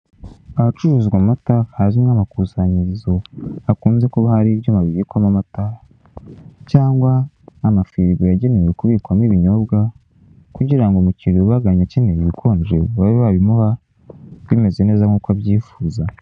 Ahacuruzwa amata hazwi nk'amakusanyirizo, hakunze kuba hari ibyuma bibikwamo amata cyangwa n'amafirigo yagenewe kubikwamo ibinyobwa, kugira ngo umukiri ubagannye akeneye ibikonje babe babimuha bimeze neza nk'uko abyifuza.